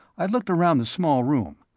i looked around the small room.